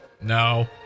No